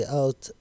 out